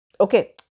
Okay